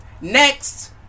Next